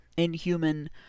inhuman